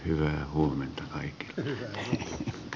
hyvää huomenta levylle ja